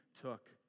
took